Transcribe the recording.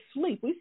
sleep